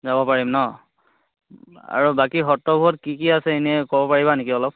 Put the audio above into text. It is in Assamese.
যাব পাৰিম ন আৰু বাকী সত্ৰবোৰত কি কি আছে এনেই ক'ব পাৰিবা নেকি অলপ